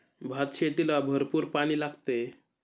भातशेतीला भरपूर पाणी लागते